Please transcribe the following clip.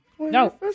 No